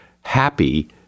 happy